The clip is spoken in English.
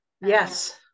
yes